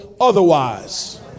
otherwise